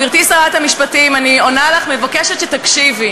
גברתי שרת המשפטים, אני עונה לך ומבקשת שתקשיבי.